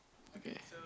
okay